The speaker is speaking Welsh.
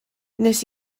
nes